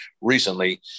recently